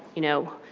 you know,